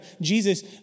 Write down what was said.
Jesus